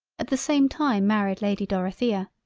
at the same time married lady dorothea.